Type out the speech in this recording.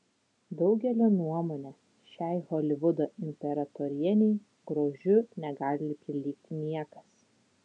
daugelio nuomone šiai holivudo imperatorienei grožiu negali prilygti niekas